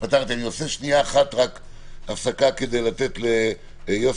אני עושה שנייה רק הפסקה כדי לתת ליוסי